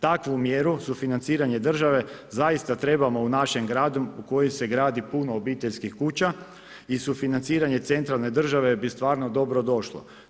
Takvu mjeru sufinanciranje države zaista trebamo u našem gradu u kojem se gradi puno obiteljskih kuća i sufinanciranje centralne države bi stvarno dobro došlo.